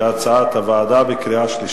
כהצעת הוועדה, בקריאה שלישית.